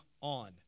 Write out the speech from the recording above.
on